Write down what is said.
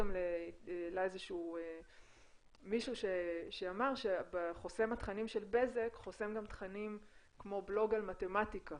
והעלה מישהו שאמר שחוסם התכנים של בזק חוסם גם תכנים כמו --- מתמטיקה